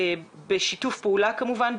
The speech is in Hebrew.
בשיתוף פעולה כמובן,